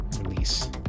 release